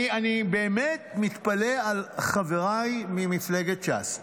אני באמת מתפלא על חבריי ממפלגת ש"ס.